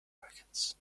americans